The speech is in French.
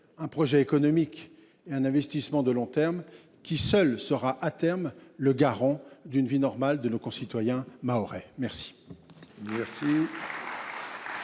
un projet économique et un investissement de long terme qui seule sera à terme le garant d'une vie normale de nos concitoyens mahorais. Merci.